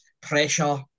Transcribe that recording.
pressure